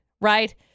right